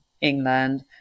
England